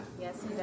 Yes